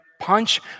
punch